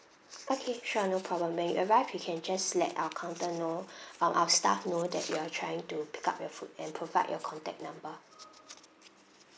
okay sure no problem when you arrive you can just let our counter know our our staff know that you are trying to pick up your food and provide your contact number